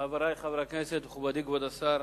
חברי חברי הכנסת, מכובדי, כבוד השר,